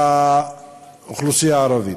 לאוכלוסייה הערבית.